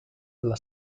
alla